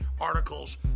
articles